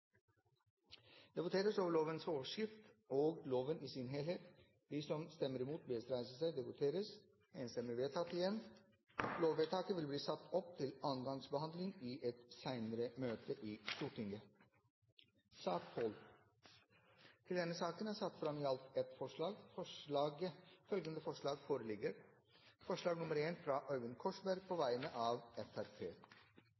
Det voteres derfor over innstillingen og forslaget i samme votering. Det voteres over lovens overskrift og loven i sin helhet. Lovvedtaket vil bli ført opp til andre gangs behandling i et senere møte i Stortinget. Til denne saken er det satt fram ett forslag, fra Øyvind Korsberg på